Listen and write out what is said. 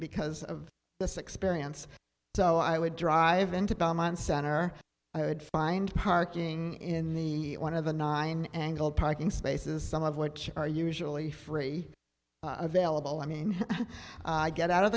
because of this experience so i would drive into belmont center i would find parking in the one of the nine angled parking spaces some of which are usually free available i mean i get out of